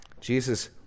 Jesus